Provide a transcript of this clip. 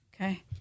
Okay